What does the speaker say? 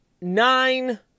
Nine